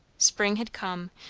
spring had come,